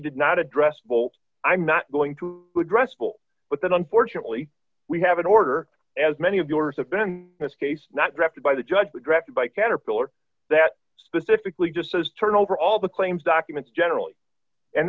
did not address bolt i'm not going to address will but that unfortunately we have an order as many of yours have been in this case not directed by the judge directed by caterpillar that specifically just says turn over all the claims documents generally and